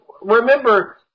Remember